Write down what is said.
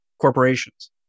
corporations